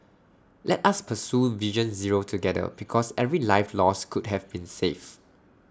let us pursue vision zero together because every life lost could have been saved